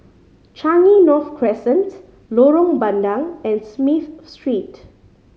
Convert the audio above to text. Changi North Crescent Lorong Bandang and Smith Street